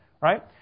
right